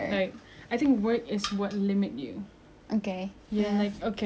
you're like okay ah I only have like a week okay I want to plan everything right